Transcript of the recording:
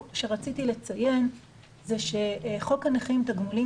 דבר נוסף שרציתי לציין זה שחוק הנכים תגמולים